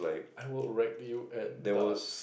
I would wreck you at dust